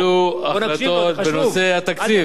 טרם התקבלו החלטות בנושא התקציב.